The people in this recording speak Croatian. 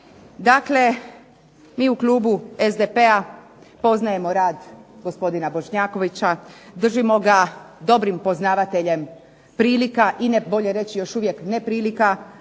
Dakle mi u klubu SDP-a poznajemo rad gospodina Bošnjakovića, držimo ga dobrim poznavateljem prilika, i bolje reći još uvijek neprilika